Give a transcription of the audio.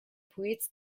breeds